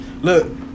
Look